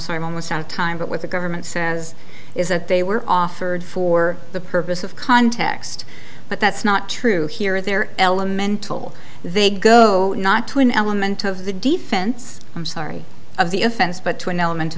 sorry i'm almost out of time but what the government says is that they were offered for the purpose of context but that's not true here they're elemental they go not to an element of the defense i'm sorry of the offense but to an element